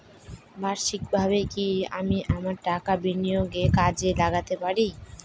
বার্ষিকভাবে কি আমি আমার টাকা বিনিয়োগে কাজে লাগাতে পারি?